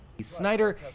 Snyder